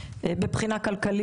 ניירות עמדה שהוגשו וגם קבוצות מיקוד,